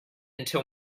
until